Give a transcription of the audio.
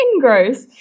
gross